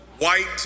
white